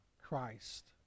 Christ